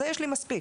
זה יש לי מספיק,